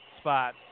spot